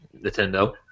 Nintendo